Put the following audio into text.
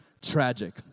tragic